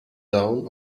down